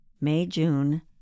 May-June